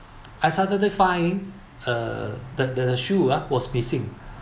I started to find uh the the shoe ah was missing